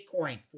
Bitcoin